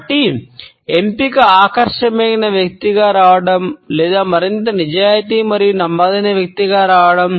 కాబట్టి ఎంపిక ఆకర్షణీయమైన వ్యక్తిగా రావడం లేదా మరింత నిజాయితీ మరియు నమ్మదగిన వ్యక్తిగా రావడం